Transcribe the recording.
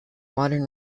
modern